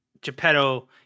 Geppetto